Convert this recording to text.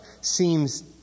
seems